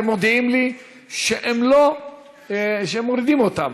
והם מודיעים לי שהם מורידים אותן.